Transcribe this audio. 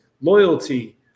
loyalty